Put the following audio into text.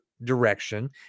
direction